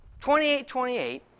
28-28